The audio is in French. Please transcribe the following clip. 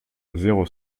zéro